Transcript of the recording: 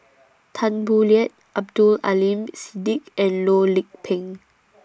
Tan Boo Liat Abdul Aleem Siddique and Loh Lik Peng